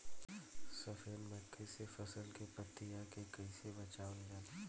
सफेद मक्खी से फसल के पतिया के कइसे बचावल जाला?